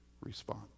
respond